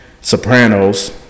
Sopranos